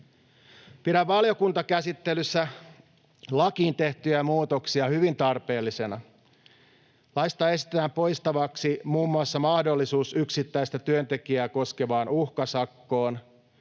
Pidän valiokuntakäsittelyssä lakiin tehtyjä muutoksia hyvin tarpeellisina. Laista esitetään poistettavaksi muun muassa mahdollisuus yksittäistä työntekijää koskevaan uhkasakkoon,